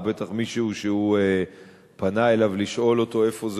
או בטח מישהו שהוא פנה אליו לשאול אותו איפה זה